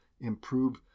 improve